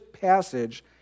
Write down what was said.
passage